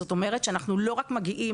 זאת אומרת שאנחנו לא רק מגיעים,